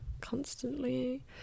Constantly